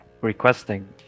requesting